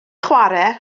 chwarae